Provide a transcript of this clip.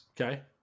Okay